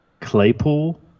Claypool